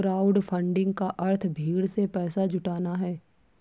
crowdfunding का अर्थ भीड़ से पैसा जुटाना है